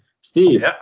Steve